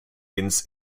ins